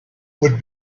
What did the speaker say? would